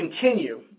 continue